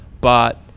but-